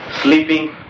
sleeping